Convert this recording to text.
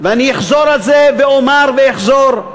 ואני אחזור על זה, ואומר ואחזור,